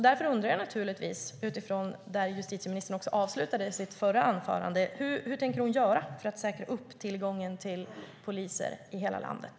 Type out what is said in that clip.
Därför undrar jag naturligtvis, med hänvisning till hur justitieministern avslutade sitt förra anförande: Hur tänker justitieministern göra för att säkra tillgången till poliser i hela landet?